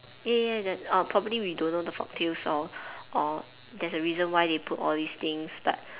ya ya ya that probably we don't know the folk tales or or there is a reason why they put all these things but